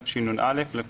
התשנ"א 1991‏ 100 אחוזים,